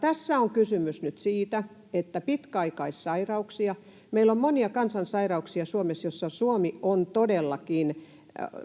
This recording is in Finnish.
tässä on kysymys nyt pitkäaikaissairauksista. Meillä on monia kansansairauksia Suomessa, joissa Suomi on todellakin,